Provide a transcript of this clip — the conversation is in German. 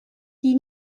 die